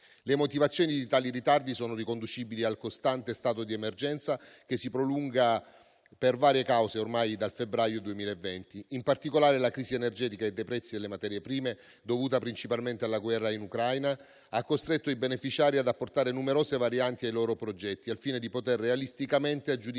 Le motivazioni di tali ritardi sono riconducibili al costante stato di emergenza che si prolunga, per varie cause, ormai dal febbraio 2020. In particolare, la crisi energetica e dei prezzi delle materie prime dovuta principalmente alla guerra in Ucraina ha costretto i beneficiari ad apportare numerosi varianti ai loro progetti, al fine di poter realisticamente aggiudicare